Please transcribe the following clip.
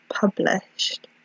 published